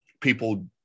people